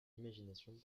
imagination